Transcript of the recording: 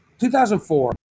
2004